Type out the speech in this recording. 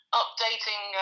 updating